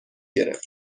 گرفت